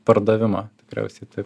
pardavimo tikriausiai taip